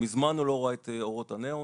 מזמן הוא לא ראה את אורות הניאון